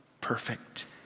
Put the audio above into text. perfect